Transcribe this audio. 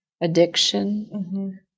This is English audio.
addiction